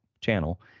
channel